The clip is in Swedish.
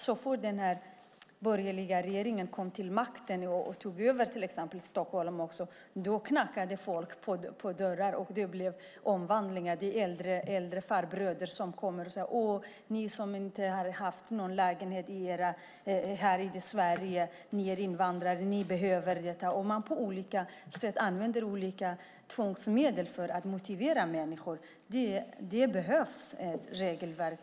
Så fort den borgerliga regeringen kom till makten och tog över till exempel Stockholm, då knackade folk på dörrarna, och det blev omvandlingar. Det var äldre farbröder som kom och sade: Ni som inte har haft någon lägenhet här i Sverige, ni är invandrare, ni behöver detta. Man använde olika tvångsmedel för att motivera människor. Det behövs regelverk.